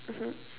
mmhmm